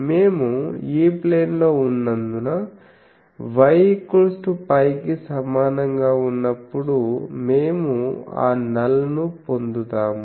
మేము E ప్లేన్లో ఉన్నందున yπ కి సమానంగా ఉన్నప్పుడు మేము ఆ నల్ ను పొందుతాము